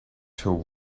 till